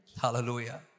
Hallelujah